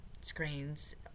screens